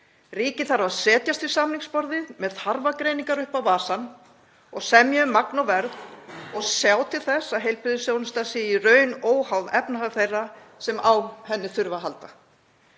Ríkið þarf að setjast við samningaborðið með þarfagreiningar upp á vasann og semja um magn og verð og sjá til þess að heilbrigðisþjónustan sé í raun óháð efnahag þeirra sem á henni þurfa að halda